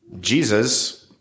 Jesus